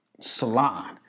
Salon